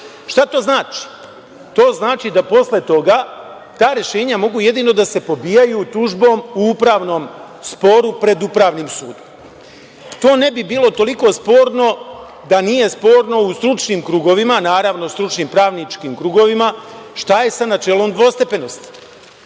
to znači? To znači da posle toga, ta rešenja mogu jedino da se pobijaju tužbom u upravnom sporu, pred Upravnim sudom. To ne bi bilo toliko sporno, da nije sporno u stručnim krugovima, naravno, stručno pravničkim krugovima, šta je sa načelom dvostepenosti? Šta